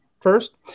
first